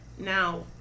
Now